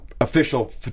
official